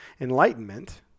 enlightenment